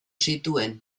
zituen